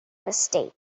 mistake